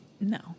No